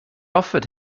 offered